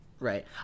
Right